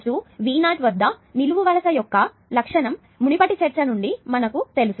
V V0 వద్ద నిలువు వరుస యొక్క లక్షణం మునుపటి చర్చ నుండి మనకి తెలుసు